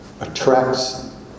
attracts